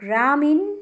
ग्रामीण